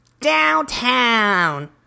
downtown